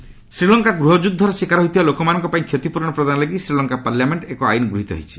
ଲଙ୍କା war Sri Lanka ଗୃହଯୁଦ୍ଧର ଶିକାର ହୋଇଥିବା ଲୋକମାନଙ୍କ ପାଇଁ କ୍ଷତିପୂରଣ ପ୍ରଦାନ ଲାଗି ଶ୍ରୀଲଙ୍କା ପାର୍ଲ୍ୟାମେଣ୍ଟରେ ଏକ ଆଇନ୍ ଗୃହୀତ ହୋଇଛି